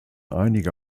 einige